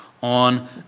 On